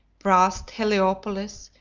past heliopolis,